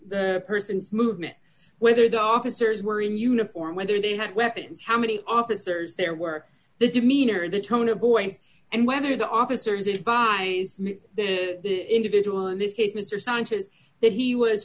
the person's movement whether the officers were in uniform whether they had weapons how many officers there were the demeanor the tone of voice and whether the officers it by the individual in this case mister sanchez that he was